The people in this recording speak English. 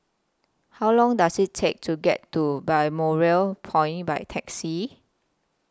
How Long Does IT Take to get to Balmoral Point By Taxi